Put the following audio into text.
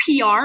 PR